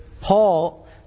Paul